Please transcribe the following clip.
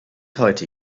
heute